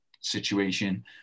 situation